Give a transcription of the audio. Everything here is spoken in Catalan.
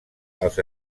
els